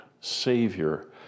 Savior